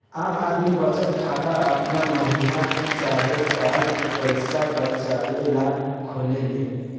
आम आदमी बचत खाता आपन महीना चाहे साल के पईसा बचावे ला खोलेले